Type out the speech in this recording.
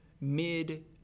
mid